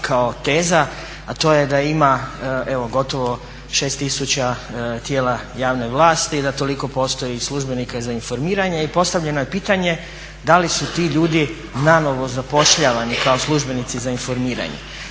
kao teza a to je da ima evo gotovo 6000 tijela javne vlasti i da toliko postoji i službenika za informiranje i postavljeno je pitanje da li su ti ljudi nanovo zapošljavani kao službenici za informiranje.